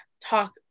talk